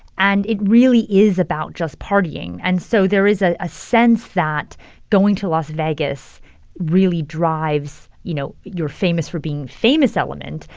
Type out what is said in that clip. and it really is about just partying. and so there is ah a sense that going to las vegas really drives, you know, you're-famous-for-being-famous element.